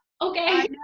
okay